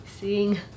Seeing